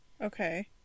Okay